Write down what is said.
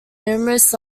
numerous